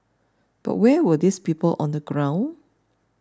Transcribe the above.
but where were these people on the ground